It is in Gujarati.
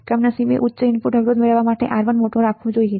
કમનસીબે ઉચ્ચ ઇનપુટ અવરોધ મેળવવા માટે R1 મોટો રાખવો જોઈએ